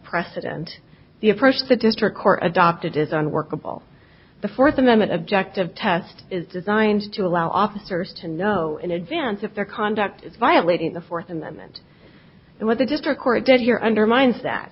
precedent the approach that district court adopted is unworkable the fourth amendment objective test is designed to allow officers to know in advance if their conduct violating the fourth amendment and what the district